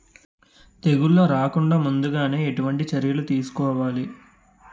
తెగుళ్ల రాకుండ ముందుగానే ఎటువంటి చర్యలు తీసుకోవాలి?